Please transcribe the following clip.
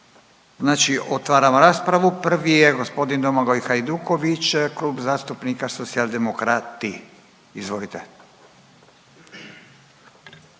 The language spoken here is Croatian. znači otvaram raspravu, prvi je g. Domagoj Hajduković Klub zastupnika Socijaldemokrati. Izvolite.